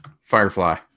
Firefly